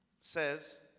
says